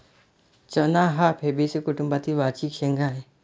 चणा हा फैबेसी कुटुंबातील वार्षिक शेंगा आहे